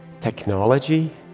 technology